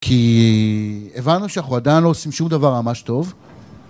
כי הבנו שאנחנו עדיין לא עושים שום דבר ממש טוב